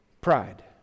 Pride